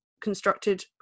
constructed